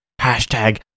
Hashtag